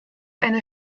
eine